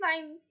lines